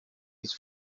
his